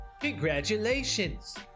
Congratulations